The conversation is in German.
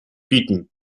bieten